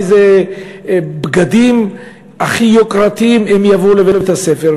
באיזה בגדים הכי יוקרתיים הם יבואו לבית-הספר,